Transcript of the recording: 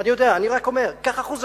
אני יודע, אני רק אומר: קח 1%,